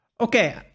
Okay